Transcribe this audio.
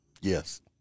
Yes